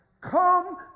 come